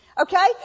Okay